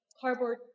cardboard